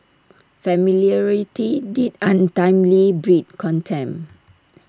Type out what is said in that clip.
familiarity did ultimately breed contempt